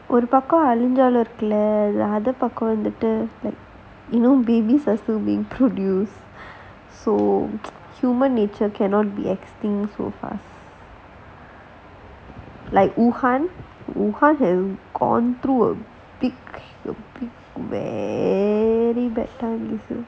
ஒரு பக்கம் அலுஞ்சாளும் இருக்குள்ள அந்த பக்கம்:oru pakkam alunjaalum irukkulla antha pakkam you know babies are still being produced so human nature cannot be extinct so far like wuhan wuhan had gone through a big very